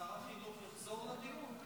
שר החינוך יחזור לדיון?